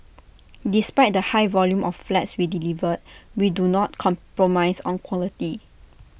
despite the high volume of flats we delivered we do not compromise on quality